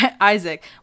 Isaac